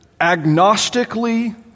agnostically